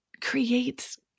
creates